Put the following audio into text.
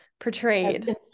portrayed